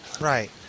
Right